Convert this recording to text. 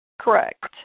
Correct